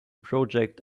project